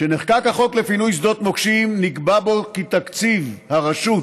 כשנחקק החוק לפינוי שדות מוקשים נקבע בו כי תקציב הרשות